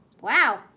wow